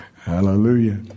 Hallelujah